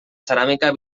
ceràmica